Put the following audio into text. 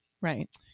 Right